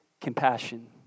compassion